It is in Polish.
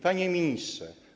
Panie Ministrze!